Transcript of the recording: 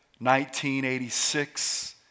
1986